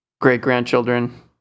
Great-grandchildren